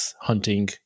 hunting